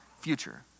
future